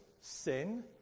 sin